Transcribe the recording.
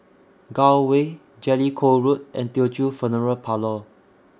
Gul Way Jellicoe Road and Teochew Funeral Parlour